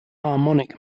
harmonic